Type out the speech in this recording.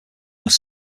was